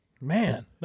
Man